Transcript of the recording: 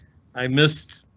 i missed.